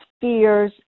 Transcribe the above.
fears